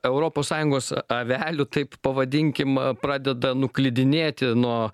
europos sąjungos avelių taip pavadinkim pradeda nuklydinėti nuo